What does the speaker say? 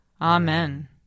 Amen